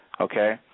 okay